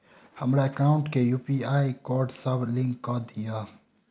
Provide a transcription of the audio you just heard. हमरा एकाउंट केँ UPI code सअ लिंक कऽ दिऽ?